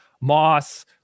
moss